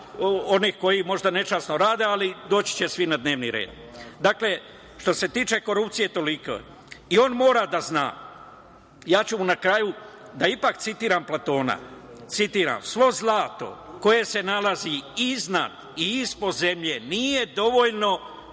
onih koji možda nečasno rade, ali doći će svi na dnevni red. Dakle, što se tiče korupcije toliko. On mora da zna, a ja ću na kraju ipak da citiram Platona. Citiram – svo zlato koje se nalazi iznad i ispod zemlje nije dovoljno